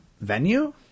venue